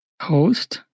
host